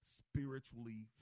spiritually